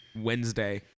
Wednesday